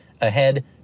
ahead